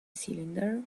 cylinder